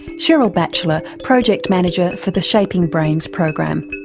sheryl batchelor, project manager for the shaping brains program.